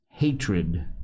Hatred